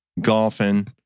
golfing